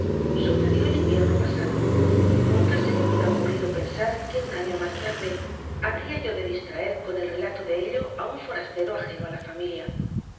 sucedió el invierno pasado nunca se me hubiera ocurrido pensar que un año más tarde habría yo de distraer con el relato de ello a un forastero ajeno a la familia